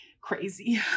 crazy